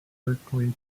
berkeley